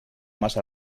massa